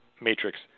matrix